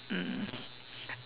mm